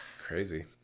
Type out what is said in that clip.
crazy